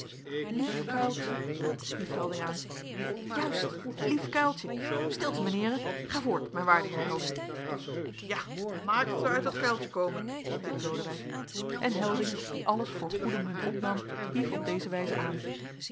lief kuiltje hief helding aan juist lief kuiltje stilte mijne heeren ga voort mijn waarde heer helding ja maak dat wij uit dat kuiltje komen zeide lodewijk en helding die alles voor goede munt opnam hief op deze wijze aan